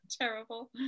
terrible